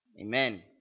Amen